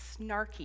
snarky